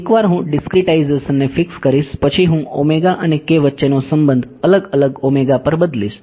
હા એકવાર હું ડીસ્ક્રીટાઇઝેશનને ફિક્સ કરીશ પછી હું અને k વચ્ચેનો સંબંધ અલગ અલગ ઓમેગા પર બદલીશ